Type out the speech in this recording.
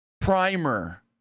primer